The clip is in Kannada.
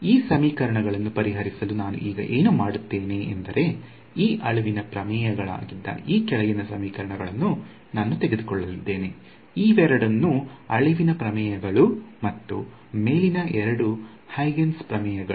ಈ ಸಮೀಕರಣಗಳನ್ನು ಪರಿಹರಿಸಲು ನಾನು ಈಗ ಏನು ಮಾಡುತ್ತೇನೆ ಎಂದರೆ ಈ ಅಳಿವಿನ ಪ್ರಮೇಯಗಳಾಗಿದ್ದ ಈ ಕೆಳಗಿನ ಸಮೀಕರಣಗಳನ್ನು ನಾನು ತೆಗೆದುಕೊಳ್ಳಲಿದ್ದೇನೆ ಇವೆರಡೂ ಅಳಿವಿನ ಪ್ರಮೇಯಗಳು ಮತ್ತು ಮೇಲಿನ ಎರಡೂ ಹೈಗೇನ್ಸ್ ಪ್ರಮೇಯಗಳು